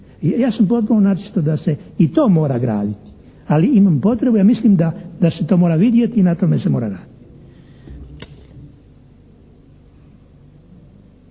Ja sam potpuno na čisto da se i to mora graditi, ali imam potrebu, ja mislim da se to mora vidjeti i na tome se mora raditi.